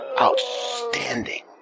Outstanding